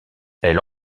elle